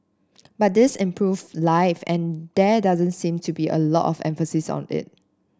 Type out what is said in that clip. but this improve live and there doesn't seem to be a lot of emphasis on it